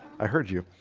i heard you